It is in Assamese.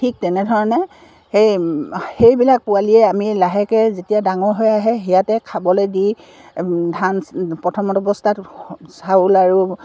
ঠিক তেনেধৰণে সেই সেইবিলাক পোৱালিয়ে আমি লাহেকৈ যেতিয়া ডাঙৰ হৈ আহে ইয়াতে খাবলৈ দি ধান প্ৰথমত অৱস্থাত চাউল আৰু